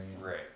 Right